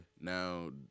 Now